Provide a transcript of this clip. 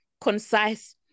concise